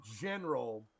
general